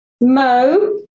Mo